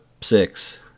six